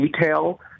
detail